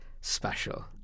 special